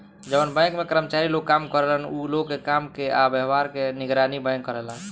जवन बैंक में कर्मचारी लोग काम करेलन उ लोग के काम के आ व्यवहार के निगरानी बैंक करेला